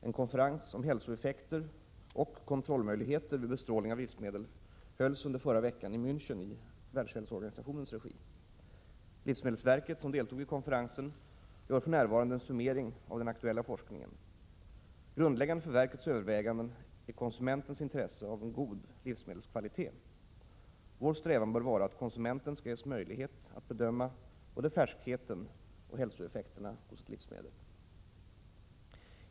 En konferens om hälsoeffekter och kontrollmöjligheter vid bestrålning av livsmedel hölls under förra veckan i Mänchen i WHO:s regi. Livsmedelsverket som deltog i konferensen gör för närvarande en summering av den aktuella forskningen. Grundläggande för verkets överväganden är konsumentens intresse av god livsmedelskvalitet. Vår strävan bör vara att konsumenten skall ges möjlighet att bedöma både färskheten och hälsoeffekterna hos ett livsmedel.